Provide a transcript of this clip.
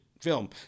film